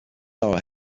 our